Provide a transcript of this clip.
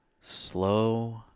slow